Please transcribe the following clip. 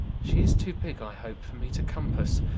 she is too big, i hope, for me to compass.